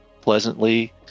pleasantly